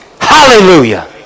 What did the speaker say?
Hallelujah